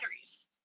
batteries